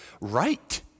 right